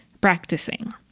practicing